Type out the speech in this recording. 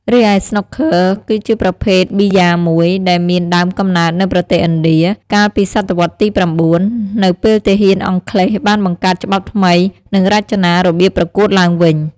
រីឯស្នូកឃឺ គឺជាប្រភេទប៊ីយ៉ាមួយ ដែលមានដើមកំណើតនៅប្រទេសឥណ្ឌា កាលពីសតវត្សទី ៩ នៅពេលទាហានអង់គ្លេសបានបង្កើតច្បាប់ថ្មី និងរចនារបៀបប្រកួតឡើងវិញ។